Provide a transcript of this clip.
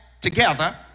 together